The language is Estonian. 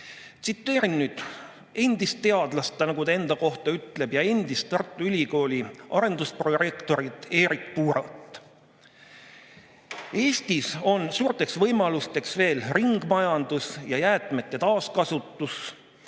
Tsiteerin nüüd endist teadlast, nagu ta enda kohta ütleb, ja endist Tartu Ülikooli arendusprorektorit Erik Puurat: "Eestis on suurteks võimalusteks veel ringmajandus ning jäätmete taaskasutus.